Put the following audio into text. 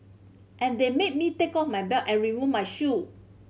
and they made me take off my belt and remove my shoe